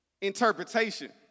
interpretation